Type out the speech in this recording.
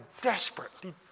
desperately